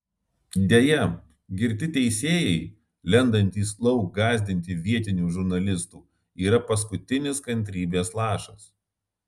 deja girti teisėjai lendantys lauk gąsdinti vietinių žurnalistų yra paskutinis kantrybės lašas